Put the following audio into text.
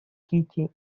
кити